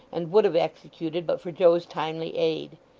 and would have executed, but for joe's timely aid.